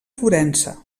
forense